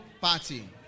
party